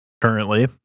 currently